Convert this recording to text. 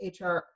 HR